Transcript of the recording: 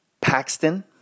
Paxton